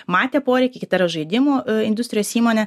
matė poreikį kita yra žaidimų industrijos įmonė